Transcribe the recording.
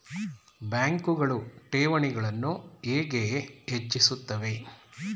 ಬ್ಯಾಂಕುಗಳು ಠೇವಣಿಗಳನ್ನು ಹೇಗೆ ಹೆಚ್ಚಿಸುತ್ತವೆ?